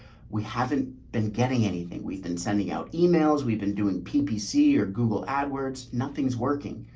we haven't been getting anything. we've been sending out emails, we've been doing ppc or google ad words, nothing's working.